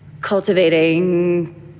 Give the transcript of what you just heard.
cultivating